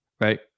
right